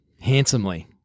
handsomely